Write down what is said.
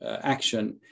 action